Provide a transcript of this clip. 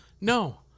No